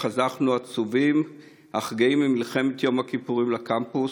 חזרנו עצובים אך גאים ממלחמת יום הכיפורים לקמפוס,